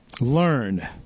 learn